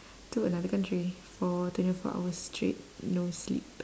to another country for twenty fours hours straight no sleep